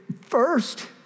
first